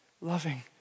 loving